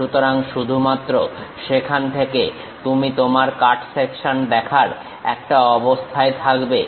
সুতরাং শুধুমাত্র সেখান থেকে তুমি তোমার কাটসেকশন দেখার একটা অবস্থায় থাকবে